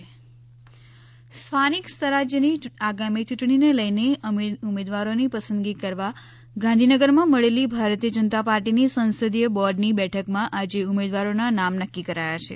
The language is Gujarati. ભાજપા બેઠક સ્થાનિક સ્વરાજ્યની આગામી યૂંટણીને લઇને ઉમેદવારોની પસંદગી કરવા ગાંધીનગરમાં મળેલી ભારતીય જનતા પાર્ટીની સંસદીય બોર્ડની બેઠકમાં આજે ઉમેદવારોના નામ નક્કી કરાયા છે